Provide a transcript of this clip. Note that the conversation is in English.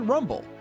Rumble